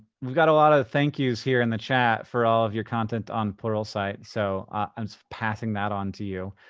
we've got a lot of thank yous here in the chat for all of your content on pluralsight. so, i'm just passing that onto you.